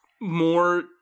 more